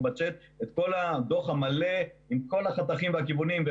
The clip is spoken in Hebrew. בצ'ט את כל הדוח המלא עם כל החתכים והכיוונים,